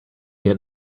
get